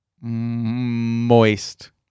Moist